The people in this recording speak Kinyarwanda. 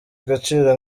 agaciro